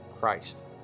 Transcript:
Christ